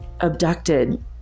abducted